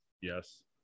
Yes